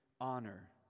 honor